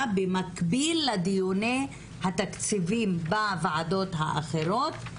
במקביל לדיוני התקציבים בוועדות האחרות.